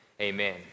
Amen